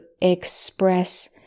express